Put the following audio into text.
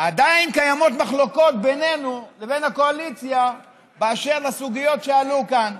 עדיין קיימות מחלוקות בינינו לבין הקואליציה אשר לסוגיות שעלו כאן.